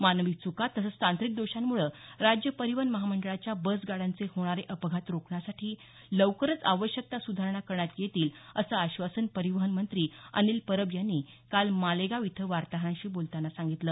मानवी च्का तसंच तांत्रिक दोषांमुळे राज्य परिवहन महामंडळाच्या बसगाड्यांचे होणारे अपघात रोखण्यासाठी लवकरच आवश्यक त्या सुधारणा करण्यात येईल असं आश्वासन परिवहन मंत्री अनिल परब यांनी काल मालेगाव इथं वार्ताहरांशी बोलताना दिलं